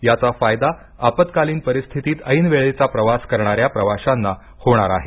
याचा फायदा आपत्कालीन परिस्थितीत ऐनवेळेचा प्रवास करणाऱ्या प्रवाशांना होणार आहे